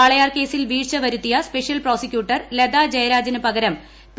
വാളയാർ കേസിൽ വീഴ്ച വരുത്തിയ സ്പെഷ്യൽ പ്രോസിക്യൂട്ടർ ലതാ ജയരാജിന് പകരം പി